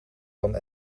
dan